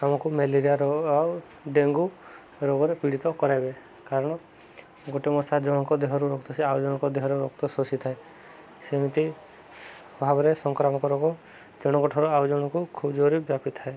ଆମକୁ ମ୍ୟାଲେରିଆ ରୋଗ ଆଉ ଡେଙ୍ଗୁ ରୋଗରେ ପୀଡ଼ିତ କରାଇବେ କାରଣ ଗୋଟେ ମଶା ଜଣଙ୍କ ଦେହରୁ ରକ୍ତ ଶୋଷି ଆଉ ଜଣଙ୍କ ଦେହରୁ ରକ୍ତ ଶୋଷିଥାଏ ସେମିତି ଭାବରେ ସଂକ୍ରାମକ ରୋଗ ଜଣଙ୍କ ଠାରୁ ଆଉ ଜଣକୁ ଖୁବ ଜୋରରେ ବ୍ୟାପିଥାଏ